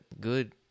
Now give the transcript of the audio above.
good